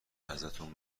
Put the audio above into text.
ازتون